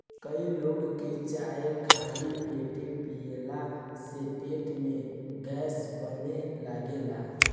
कई लोग के चाय खाली पेटे पियला से पेट में गैस बने लागेला